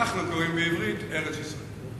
אנחנו קוראים בעברית ארץ-ישראל.